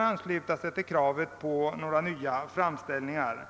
inte tillstyrka kravet på nya åtgärder.